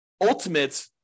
ultimate